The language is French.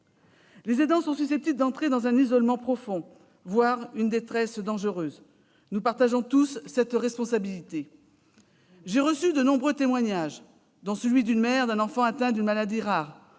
Les aidants sont susceptibles d'entrer dans un isolement profond, voire une détresse dangereuse. Nous partageons tous cette responsabilité. J'ai reçu de nombreux témoignages, notamment celui d'une mère dont l'enfant est atteinte d'une maladie rare.